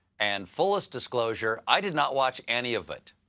and fullest disclosure, i did not watch any of it.